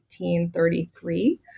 1833